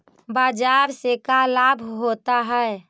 बाजार से का लाभ होता है?